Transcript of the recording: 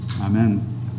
Amen